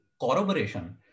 corroboration